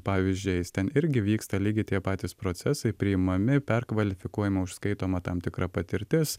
pavyzdžiais ten irgi vyksta lygiai tie patys procesai priimami perkvalifikuojama užskaitoma tam tikra patirtis